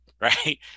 right